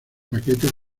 paquete